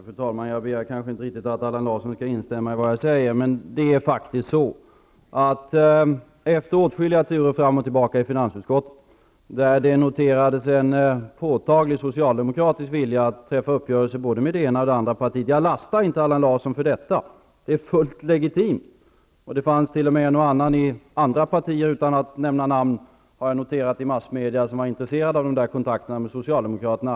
Fru talman! Jag begär inte att Allan Larsson skall instämma i vad jag säger. Men det var faktiskt åtskilliga turer fram och tillbaka i finansutskottet, där det noterades en påtaglig socialdemokratisk vilja att träffa uppgörelse med både det ena och det andra partiet. Jag lastar inte Allan Larsson för detta, för det är fullt legitimt. Det fanns enligt massmedieuppgifter t.o.m. en och annan i andra partier, utan att nämna namn, som var intresserad av kontakterna med Socialdemokraterna.